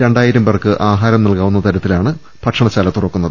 രണ്ടായിരം പേർക്ക് ആഹാരം നൽകാവുന്ന തരത്തിലാണ് ഭക്ഷണശാല തുറക്കുന്നത്